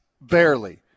barely